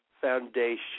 foundation